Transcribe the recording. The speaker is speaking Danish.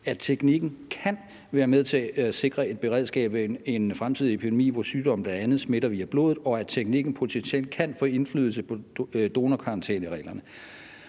at teknikken kan være med til at sikre et beredskab ved en fremtidig epidemi, hvor sygdommen bl.a. smitter via blodet, og at teknikken potentielt kan få indflydelse på donorkarantænereglerne.